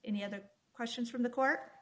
any other questions from the court